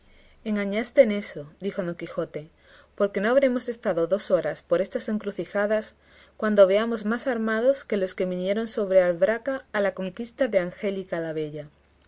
engáñaste en eso dijo don quijote porque no habremos estado dos horas por estas encrucijadas cuando veamos más armados que los que vinieron sobre albraca a la conquista de angélica la bella